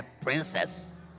princess